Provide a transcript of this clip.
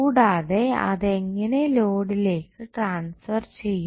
കൂടാതെ അതെങ്ങനെ ലോഡിലേക്ക് ട്രാൻഫെർ ചെയ്യും